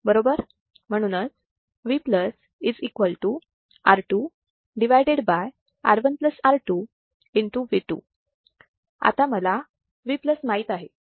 म्हणूनच आता मला V माहित आहे बरोबर